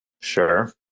Sure